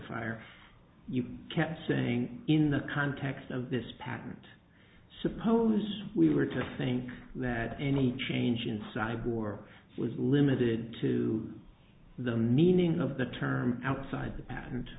or you kept saying in the context of this patent suppose we were to think that any change in cyberwar was limited to the meaning of the term outside the patent